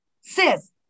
Sis